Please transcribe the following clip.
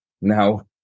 Now